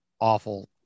Awful